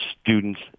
Students